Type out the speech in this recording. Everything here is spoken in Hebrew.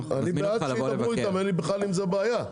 אני בעד שידברו איתם, אין לי עם זה בעיה.